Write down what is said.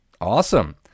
Awesome